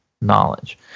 knowledge